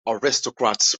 aristocrats